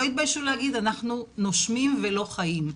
התביישו להגיד 'אנחנו נושמים ולא חיים'.